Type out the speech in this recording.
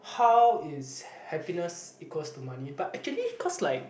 how is happiness equals to money but actually cause like